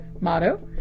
motto